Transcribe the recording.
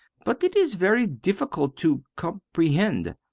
but it is very difficult to comprehend.